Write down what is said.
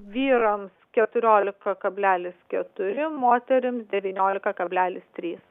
vyrams keturiolika kablelis keturi moterims devyniolika kablelis trys